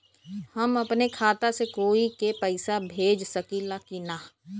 हम अपने खाता से कोई के पैसा भेज सकी ला की ना?